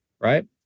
right